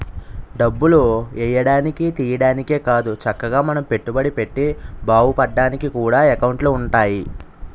డబ్బులు ఎయ్యడానికి, తియ్యడానికే కాదు చక్కగా మనం పెట్టుబడి పెట్టి బావుపడ్డానికి కూడా ఎకౌంటులు ఉంటాయి